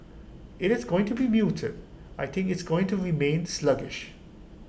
IT is going to be muted I think it's going to remain sluggish